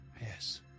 Yes